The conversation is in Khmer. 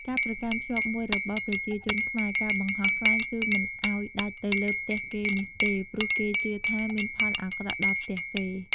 ការប្រកាន់ភ្ជាប់មួយរបស់ប្រជាជនខ្មែរការបង្ហោះខ្លែងគឺមិនអោយដាច់ទៅលើផ្ទះគេនោះទេព្រោះគេជឿថាមានផលអាក្រក់ដល់ផ្ទះគេ។